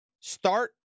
start